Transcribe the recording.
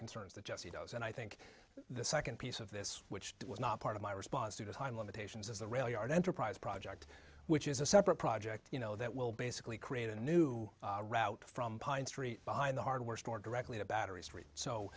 concerns that jesse does and i think the second piece of this which was not part of my response to the time limitations is the railyard enterprise project which is a separate project you know that will basically create a new route from pine street behind the hardware store directly to batter